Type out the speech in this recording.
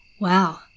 Wow